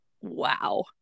Wow